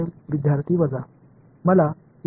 विद्यार्थी वजा